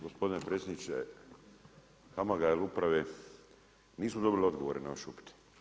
Gospodine predsjedniče HAMAG-a ili uprave, nismo dobili odgovore na vaš upit.